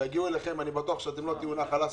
יגיעו אליכם ואני בטוח שאתם לא תהיו נחל האסי,